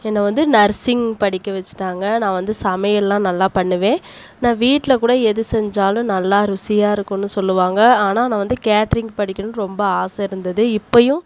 என்னை வந்து நர்சிங் படிக்க வச்சிட்டாங்க நான் வந்து சமையல்லாம் நல்லா பண்ணுவேன் நான் வீட்டில கூட எது செஞ்சாலும் நல்லா ருசியாக இருக்கும்னு சொல்லுவாங்க ஆனால் நான் வந்து கேட்ரிங் படிக்கணும்னு ரொம்ப ஆசை இருந்தது இப்பயும்